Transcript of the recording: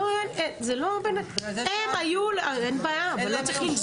אין להם היום שום